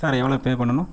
sir எவ்வளோ pay பண்ணணும்